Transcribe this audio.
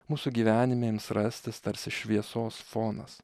mūsų gyvenime ims rastis tarsi šviesos fonas